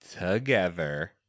together